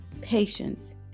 patience